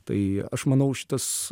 tai aš manau šitas